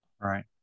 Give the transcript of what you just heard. right